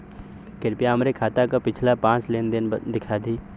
कृपया हमरे खाता क पिछला पांच लेन देन दिखा दी